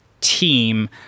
team